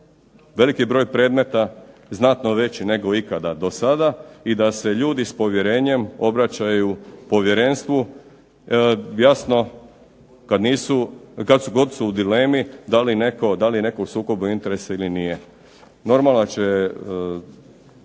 veliki broj predmeta, znatno veći nego ikada do sada i da se ljudi s povjerenjem obraćaju povjerenstvu jasno kad god su u dilemi da li je netko u sukobu interesa ili nije. Normalno da